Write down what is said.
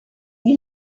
eut